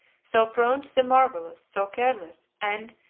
so prone to the marvellous, so careless, and,